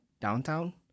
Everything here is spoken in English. Downtown